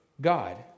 God